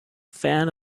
fan